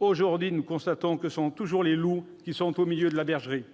or, aujourd'hui, nous constatons que ce sont toujours les loups qui sont au milieu de la bergerie